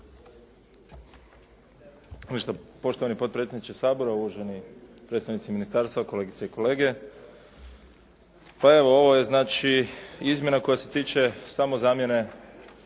Poštovani potpredsjedniče Sabora. Uvaženi predstavnici ministarstva, kolegice i kolege. Pa evo ovo je znači izmjena koja se tiče samo zamjene